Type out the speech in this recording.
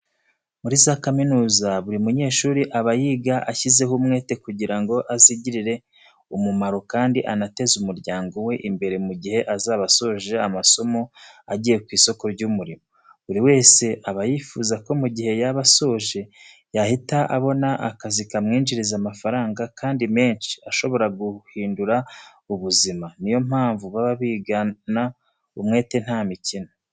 Muri za kaminuza buri munyeshuri aba yiga ashyizeho umwete kugira ngo azigirire umumaro kandi anateze umuryango we imbere mu gihe azaba asoje amasomo agiye ku isoko ry'umurimo. Buri wese aba yifuza ko mu gihe yaba asoje yahita abona akazi kamwinjiriza amafaranga kandi menshi ashobora guhindura buzima, niyo mpamvu baba bigana umwete nta mikino.